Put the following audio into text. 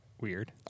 Weird